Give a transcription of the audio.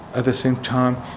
at the same time,